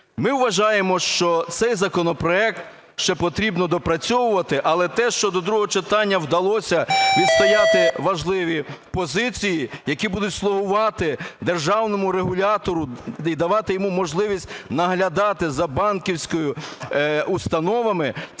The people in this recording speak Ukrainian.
Ми вважаємо, що цей законопроект ще потрібно доопрацьовувати. Але те, що до другого читання вдалося відстояти важливі позиції, які будуть слугувати державному регулятору і давати йому можливість наглядати за банківськими установами,